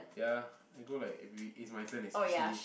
ya I go like every it's my turn excuse me